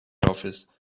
office